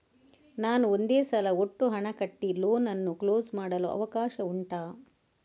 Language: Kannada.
ನಾನು ಒಂದೇ ಸಲ ಒಟ್ಟು ಹಣ ಕಟ್ಟಿ ಲೋನ್ ಅನ್ನು ಕ್ಲೋಸ್ ಮಾಡಲು ಅವಕಾಶ ಉಂಟಾ